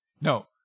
No